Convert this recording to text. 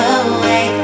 away